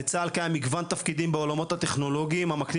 בצה"ל קיימים תפקידים בעולמות הטכנולוגיים המקנים